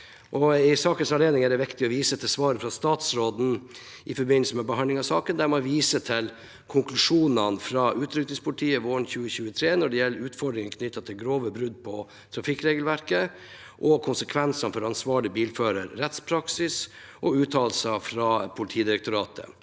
I den anledning er det viktig å vise til svaret fra statsråden i forbindelse med behandlingen av saken, der man viser til konklusjonene fra Utrykningspolitiet våren 2023 når det gjelder utfordringer knyttet til grove brudd på trafikkregelverket og konsekvensene for ansvarlig bilfører, rettspraksis og uttalelser fra Politidirektoratet.